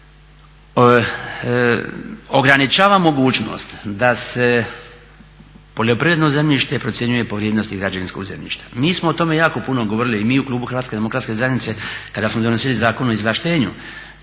ograničava mogućnost da se poljoprivredno zemljište procjenjuje po vrijednosti građevinskog zemljišta. Mi smo o tome jako puno govorili i mi u klubu HDZ-a kada smo donosili Zakon o izvlaštenju